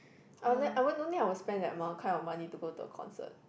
I will never I won't don't think I will spend that amount kind of money to go to a concert